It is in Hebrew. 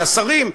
לשרים,